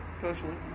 personally